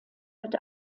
mit